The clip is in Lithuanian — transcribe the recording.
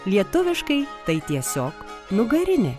lietuviškai tai tiesiog nugarinė